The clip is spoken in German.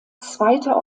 zweiter